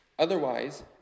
Otherwise